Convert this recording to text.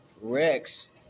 Rex